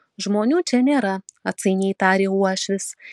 žmonių čia nėra atsainiai tarė uošvis